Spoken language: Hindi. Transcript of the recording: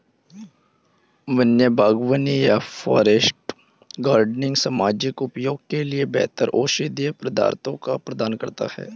वन्य बागवानी या फॉरेस्ट गार्डनिंग सामाजिक उपयोग के लिए बेहतर औषधीय पदार्थों को प्रदान करता है